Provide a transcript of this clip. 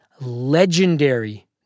legendary